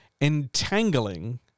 entangling